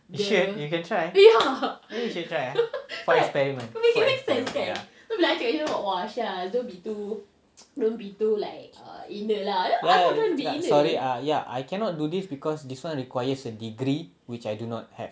you should you can try maybe you should try ah for experiment ya I cannot do this because this [one] requires a degree which I do not have